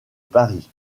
paris